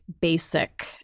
basic